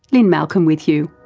lynne malcolm with you.